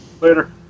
Later